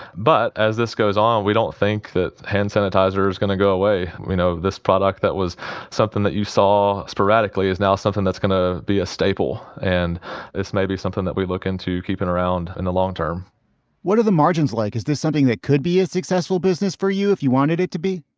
but as this goes on, we don't think that hand sanitizer is going to go away. we know this product that was something that you saw sporadically is now something that's going to be a staple and it's maybe something that we look into keeping around in the long term what are the margins like? is this something that could be a successful business for you if you wanted it to be?